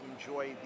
enjoy